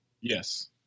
yes